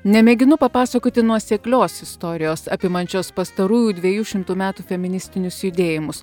nemėginu papasakoti nuoseklios istorijos apimančios pastarųjų dviejų šimtų metų feministinius judėjimus